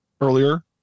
earlier